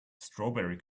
strawberry